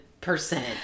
percent